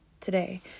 today